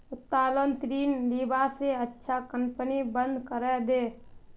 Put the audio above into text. उत्तोलन ऋण लीबा स अच्छा कंपनी बंद करे दे